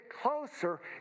closer